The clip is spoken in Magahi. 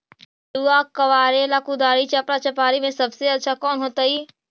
आलुआ कबारेला कुदारी, चपरा, चपारी में से सबसे अच्छा कौन होतई?